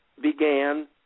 Began